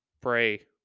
Pray